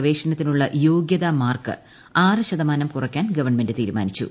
പ്രവേശനത്തിനുള്ള യോഗൃത മാർക്ക് ആറ് ശ്രത്മാനം കുറയ്ക്കാൻ ഗവൺമെന്റ് തീരുമാന്ദിച്ചു